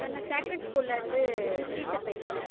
sir நான் sacred ஸ்கூல்லிருந்து teacher பேசுகிறேன்